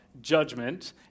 judgment